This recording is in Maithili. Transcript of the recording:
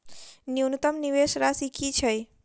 न्यूनतम निवेश राशि की छई?